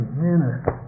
minute